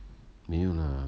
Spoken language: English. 没有啦